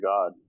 God